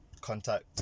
contact